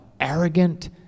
arrogant